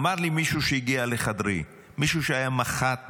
אמר לי מישהו שהגיע לחדרי, מישהו שהיה מח"ט בצבא,